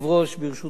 ברשותך,